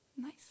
Nice